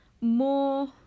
more